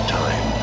time